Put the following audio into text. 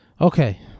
Okay